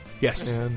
Yes